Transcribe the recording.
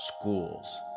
schools